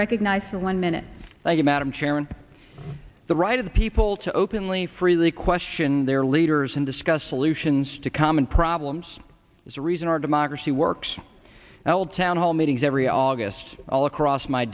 recognized for one minute by you madam chairman the right of the people to openly freely question their leaders and discuss solutions to common problems as a reason our democracy works held town hall meetings every august all across my